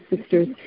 sisters